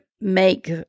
make